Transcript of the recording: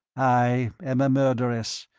i am a murderess,